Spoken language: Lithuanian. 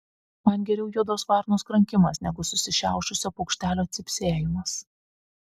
man geriau juodos varnos krankimas negu susišiaušusio paukštelio cypsėjimas